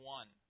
one